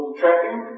tracking